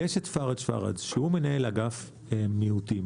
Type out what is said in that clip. יש את פראג' פראג', שהוא מנהל אגף מיעוטים